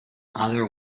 other